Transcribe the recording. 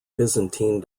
byzantine